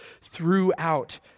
throughout